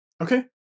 okay